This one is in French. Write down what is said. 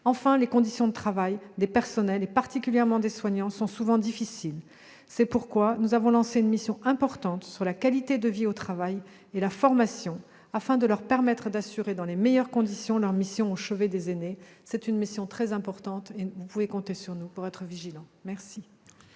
Enfin, les conditions de travail des personnels, et particulièrement des soignants, sont souvent difficiles. C'est pourquoi nous avons lancé une mission importante sur la qualité de vie au travail et la formation, afin de leur permettre d'assurer dans les meilleures conditions leur mission au chevet de nos aînés. Vous pouvez compter sur notre vigilance.